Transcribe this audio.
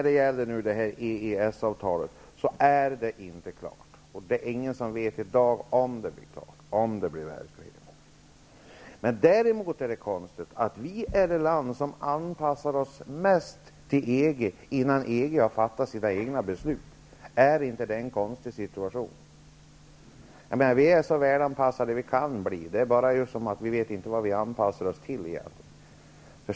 EES-avtalet är inte klart. Det är ingen som vet i dag om det blir klart, om det blir verklighet. Något som är konstigt är att vi är det land som anpassar oss mest till EG, innan EG har fattat sina egna beslut. Är inte det en konstig situation? Vi är så välanpassade vi kan bli. Det är bara det att vi inte vet vad vi anpassar oss till.